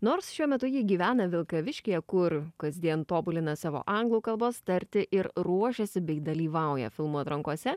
nors šiuo metu ji gyvena vilkaviškyje kur kasdien tobulina savo anglų kalbos tartį ir ruošiasi bei dalyvauja filmų atrankose